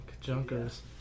junkers